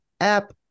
app